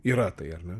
yra tai ar ne